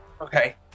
Okay